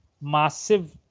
massive